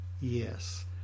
yes